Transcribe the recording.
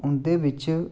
उन्दे बिच्च